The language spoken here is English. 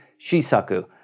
Shisaku